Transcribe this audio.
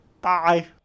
Bye